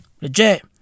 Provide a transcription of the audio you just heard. Legit